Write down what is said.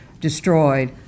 destroyed